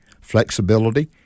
flexibility